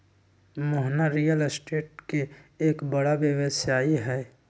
Mohana real estate के एक बड़ा व्यवसायी हई